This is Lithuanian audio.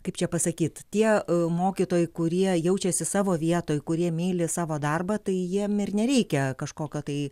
kaip čia pasakyt tie mokytojai kurie jaučiasi savo vietoj kurie myli savo darbą tai jiem ir nereikia kažkokio tai